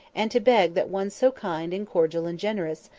and to beg that one so kind, and cordial, and generous,